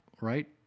right